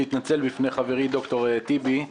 להתנצל בפני חברי ד"ר טיבי.